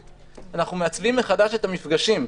אלא אנחנו מעצבים מחדש את המפגשים.